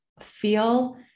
Feel